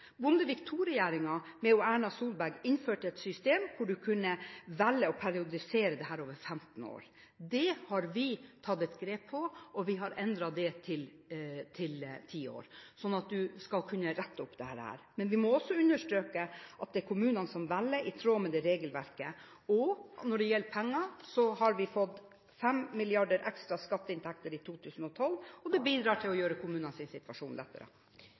Bondevik II-regjeringen, med Erna Solberg, innførte et system hvor en kunne velge å periodisere dette over 15 år. Her har vi tatt et grep. Vi har endret det til ti år, slik at en skal kunne rette dette opp. Men vi må også understreke at det er kommunene som velger, i tråd med regelverket. Når det gjelder penger, har vi fått 5 mrd. kr ekstra i skatteinntekter i 2012, og det bidrar til å gjøre kommunenes situasjon lettere.